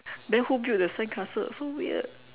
then who build the sandcastle so weird